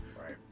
Right